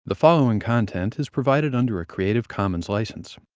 the following content is provided under a creative commons license.